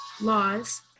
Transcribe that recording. laws